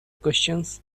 questions